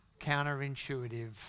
counterintuitive